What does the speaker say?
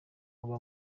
uba